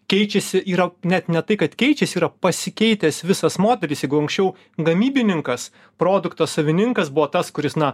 keičiasi yra net ne tai kad keičiasi yra pasikeitęs visas modelis jeigu anksčiau gamybininkas produkto savininkas buvo tas kuris na